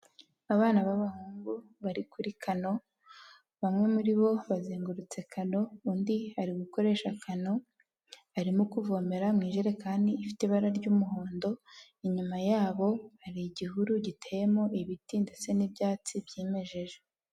Abana b'abahungu bari kuri kanano, bamwe muri bo bazengurutse kano undi ari gukoreshakanano arimo kuvomera mu ijerekani ifite ibara ry'umuhondo, inyuma yabo hari igihuru giteyemo ibiti ndetse n'ibyatsi byimejeje.